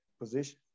position